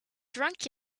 drunk